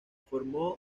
formó